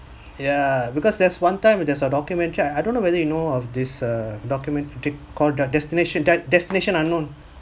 yeah because there's one time there's a documentary I I don't know whether you know of this uh documentary called the destination de~ destination unknown